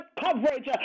coverage